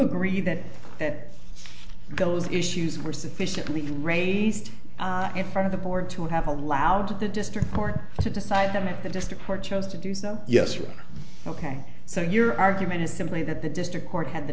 agree that that goes issues were sufficiently raised in front of the board to have allowed the district court to decide them in the district court chose to do so yes or ok so your argument is simply that the district court had the